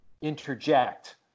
interject